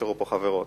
עברה בקריאה ראשונה,